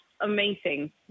amazing